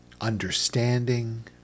understanding